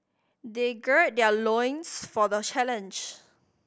they gird their loins for the challenge